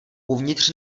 uvnitř